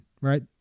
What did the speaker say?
right